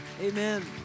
Amen